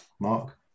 Mark